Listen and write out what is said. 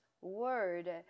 word